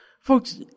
Folks